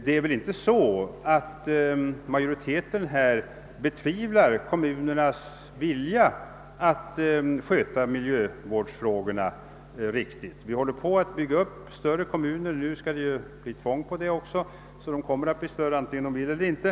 Det är väl inte så att majoriteten betvivlar kommunernas vilja att sköta miljövårdsfrågorna riktigt? Vi håller på att bygga upp större kommuner — därvidlag blir det ju nu ett tvång, så att kommunerna görs större vare sig de vill eller inte.